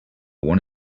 want